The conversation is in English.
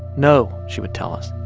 no, she would tell us,